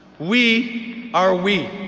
we are we.